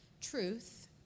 truth